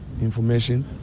information